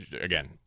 again